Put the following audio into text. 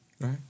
right